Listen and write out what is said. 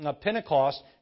Pentecost